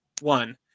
One